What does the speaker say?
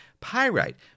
Pyrite